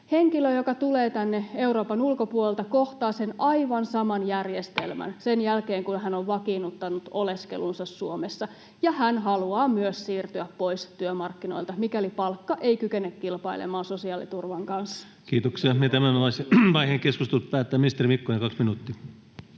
Henkilö, joka tulee tänne Euroopan ulkopuolelta, kohtaa sen aivan saman järjestelmän sen jälkeen, kun hän on vakiinnuttanut oleskelunsa Suomessa, ja hän haluaa myös siirtyä pois työmarkkinoilta, mikäli palkka ei kykene kilpailemaan sosiaaliturvan kanssa. Kiitoksia. — Tämän vaiheen keskustelut päättää ministeri Mikkonen, kaksi minuuttia.